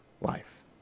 life